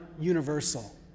Universal